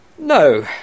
No